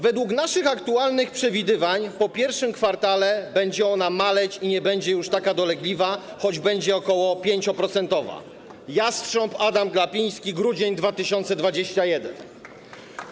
Według naszych aktualnych przewidywań po I kwartale będzie ona maleć i nie będzie już taka dolegliwa, choć będzie ok. 5-procentowa - jastrząb Adam Glapiński, grudzień 2021 r.